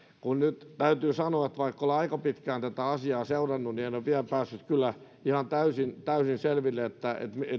täytyy sanoa että vaikka olen aika pitkään tätä asiaa seurannut en ole vielä päässyt kyllä ihan täysin täysin selville siitä